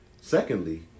Secondly